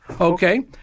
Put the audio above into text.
Okay